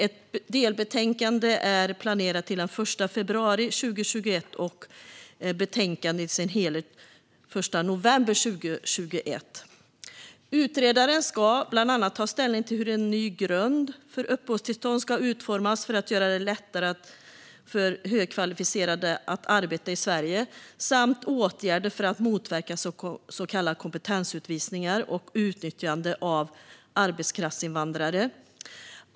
Ett delbetänkande är planerat till den 1 februari 2021 och betänkandet i sin helhet till den 1 november 2021. Utredaren ska bland annat ta ställning till hur en ny grund för uppehållstillstånd ska utformas för att göra det lättare för högkvalificerade att arbeta i Sverige, samt åtgärder för att motverka så kallade kompetensutvisningar och utnyttjande av arbetskraftsinvandrare.